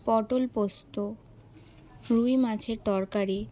পটল পোস্ত রুই মাছের তরকারি